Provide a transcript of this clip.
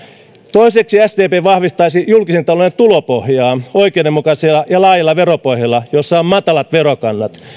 toiseksi sdp vahvistaisi julkisen talouden tulopohjaa oikeudenmukaisella ja laajalla veropohjalla jossa on matalat verokannat